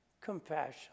compassion